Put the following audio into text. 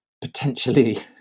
potentially